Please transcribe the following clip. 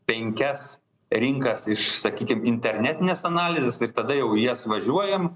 penkias rinkas iš sakykim internetinės analizės ir tada jau į jas važiuojam